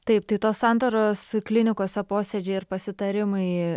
taip tai tos santaros klinikose posėdžiai ir pasitarimai